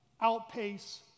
outpace